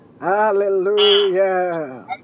Hallelujah